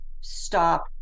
stop